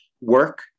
work